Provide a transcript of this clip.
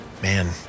Man